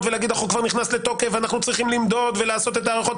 ולהגיד החוק כבר נכנס לתוקף ואנחנו צריכים למדוד ולעשות הערכות.